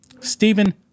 Stephen